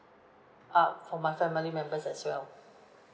ah for my family members as well